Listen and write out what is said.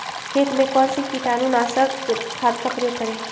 खेत में कौन से कीटाणु नाशक खाद का प्रयोग करें?